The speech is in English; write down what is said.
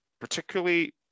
particularly